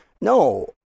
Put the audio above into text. No